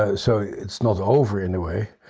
ah so it's not over anyway.